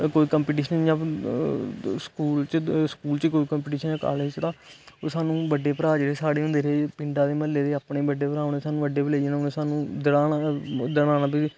कोई competition school च school च कोई कम्पीटिशन ऐ जेहड़ा ओह् बड्डे भ्रा जेहडे़ साढ़े होंदे पिडां दे म्हल्ले दे अपने बड्डे भ्रा ओह् सानू अड्डे उपर लेई जाना उन्हे सानू दड़ाना